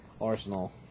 Arsenal